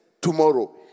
tomorrow